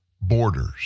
borders